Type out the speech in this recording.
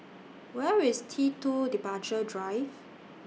Where IS T two Departure Drive